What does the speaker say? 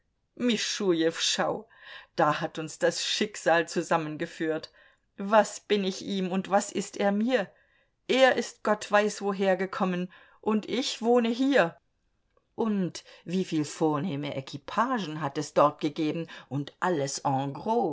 mischujew schau da hat uns das schicksal zusammengeführt was bin ich ihm und was ist er mir er ist gott weiß woher gekommen und ich wohne hier und wieviel vornehme equipagen hat es dort gegeben und alles